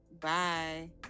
Bye